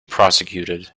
prosecuted